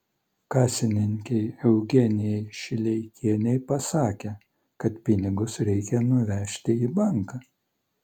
kasininkei eugenijai šileikienei pasakė kad pinigus reikia nuvežti į banką